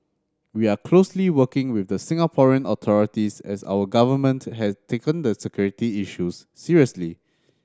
we are closely working with the Singaporean authorities as our government has taken the security issues seriously